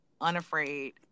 unafraid